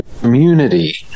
community